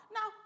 Now